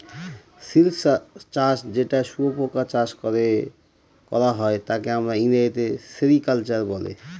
silk চাষ যেটা শুয়োপোকা চাষ করে করা হয় তাকে আমরা ইংরেজিতে সেরিকালচার বলে